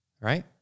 Right